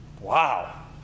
Wow